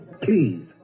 Please